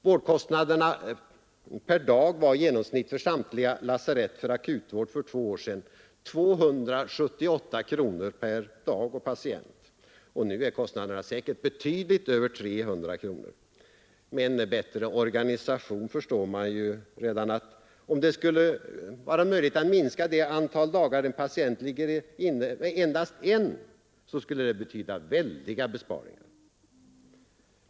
Vårdkostnaderna per dag och patient var i genomsnitt för samtliga lasarett för akut vård för två år sedan 278 kronor. Nu är kostnaderna säkert betydligt över 300 kronor. Man förstår att om man med en bättre organisation skulle kunna minska det antal dagar en patient ligger inne med endast en dag skulle det betyda stora besparingar.